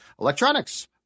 electronics